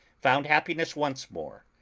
found happiness once more,